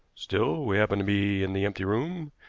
still, we happen to be in the empty room,